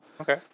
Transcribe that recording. Okay